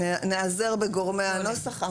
נעזר בגורמי הנוסח.